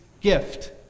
gift